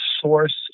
source